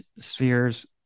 spheres